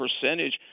percentage